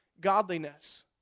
godliness